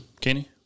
Kenny